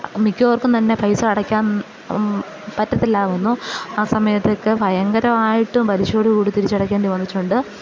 മിക്കവർക്കും തന്നെ പൈസ അടക്കാൻ പറ്റത്തിലായിരുന്നു ആ സമയത്തൊക്കെ ഭയങ്കരമായിട്ട് പലിശയോടു കൂടി തിരിച്ചടക്കേണ്ടി വന്നിട്ടുണ്ട്